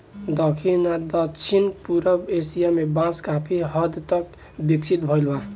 दखिन आ दक्षिण पूरब एशिया में बांस काफी हद तक विकसित भईल बा